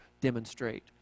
demonstrate